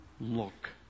Look